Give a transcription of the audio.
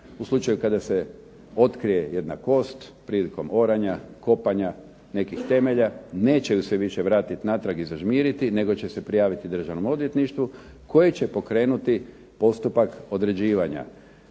U slučaju kada se otkrije jedna kost prilikom oranja, kopanja nekih temelja neće ju se više vratiti natrag i zažmiriti nego će se prijaviti Državnom odvjetništvu koje će pokrenuti postupak određivanja